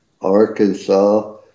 Arkansas